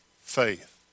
faith